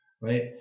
Right